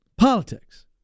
Politics